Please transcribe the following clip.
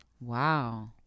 Wow